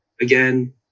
again